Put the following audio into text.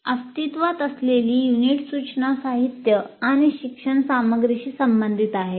अस्तित्वात असलेली युनिट सूचना साहित्य आणि शिक्षण सामग्रीशी संबंधित आहे